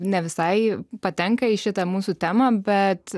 ne visai patenka į šitą mūsų temą bet